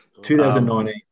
2019